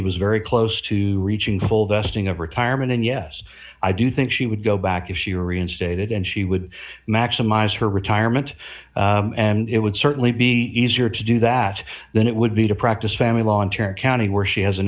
was very close to reaching full dusting of retirement and yes i do think she would go back if she were reinstated and she would maximize her retirement and it would certainly be easier to do that than it would be to practice family law attorney county where she has an